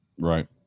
Right